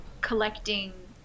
collecting